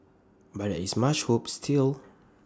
but there is much hope still